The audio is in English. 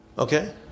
Okay